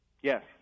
Yes